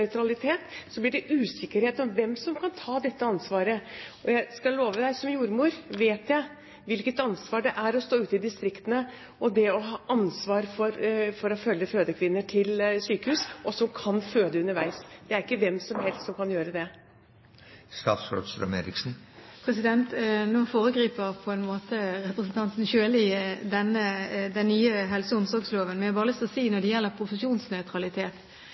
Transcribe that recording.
blir det usikkerhet om hvem som kan ta dette ansvaret. Jeg skal love deg at som jordmor vet jeg hvilket ansvar det er å stå ute i distriktene og ha ansvar for å følge kvinner som kan føde underveis, til sykehus. Det er ikke hvem som helst som kan gjøre det. Nå foregriper representanten Sjøli den nye helse- og omsorgsloven. Jeg har bare lyst til å si at når det gjelder profesjonsnøytralitet,